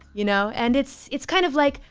you know and it's it's kind of like,